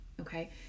Okay